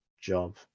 job